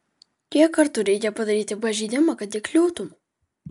kiek kartų reikia padaryti pažeidimą kad įkliūtum